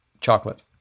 chocolate